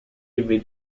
within